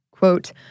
Quote